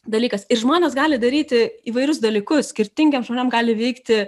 dalykas ir žmonės gali daryti įvairius dalykus skirtingiems žmonėms gali veikti